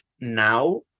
now